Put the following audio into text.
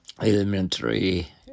elementary